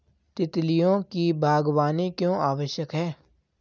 तितलियों की बागवानी क्यों आवश्यक है?